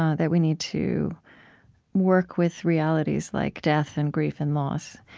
that we need to work with realities like death and grief and loss,